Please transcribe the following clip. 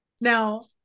Now